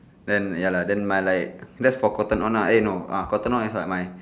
then ya lah then my like that's for Cotton On lah eh no ah Cotton On is like my